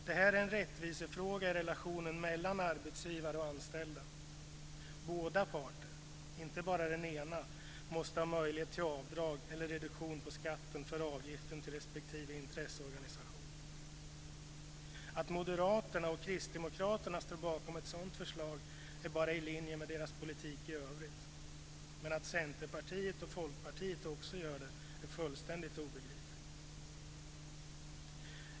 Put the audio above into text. Det är en rättvisefråga i relationen mellan arbetsgivare och anställda. Båda parter, inte bara den ena, måste ha möjlighet till avdrag eller reduktion på skatten för avgiften till respektive intresseorganisation. Att Moderaterna och Kristdemokraterna står bakom ett sådant förslag är bara i linje med deras politik i övrigt. Men att Centerpartiet och Folkpartiet också gör det är fullständigt obegripligt.